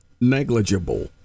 negligible